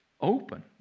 open